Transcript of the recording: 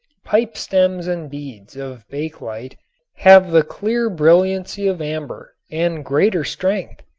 pipestems and beads of bakelite have the clear brilliancy of amber and greater strength.